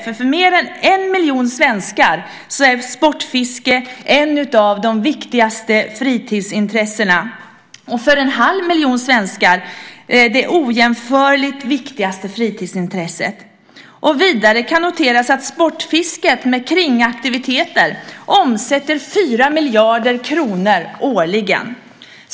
För mer än en miljon svenskar är sportfiske ett av de viktigaste fritidsintressena och för en halv miljon svenskar det ojämförligt viktigaste fritidsintresset. Vidare kan noteras att sportfisket med kringaktiviteter omsätter 4 miljarder kronor årligen.